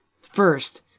first